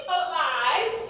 alive